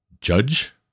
judge